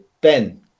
Ben